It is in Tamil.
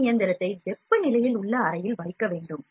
இந்த இயந்திரத்தை வெப்பநிலையில் உள்ள அறையில் வைக்க வேண்டும்